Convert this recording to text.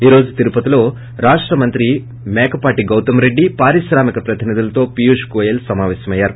ఈ రోజు తిరుపతిలో రాష్ట మంత్రి మేకపాటి గౌతమ్రెడ్డి పారిశ్రామిక ప్రతినిధులతో పీయూష్ గోయల్ స్లమాపేశమయ్యారు